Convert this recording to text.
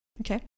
Okay